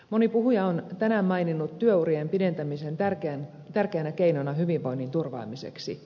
moni puhuja on tänään maininnut työurien pidentämisen tärkeänä keinona hyvinvoinnin turvaamiseksi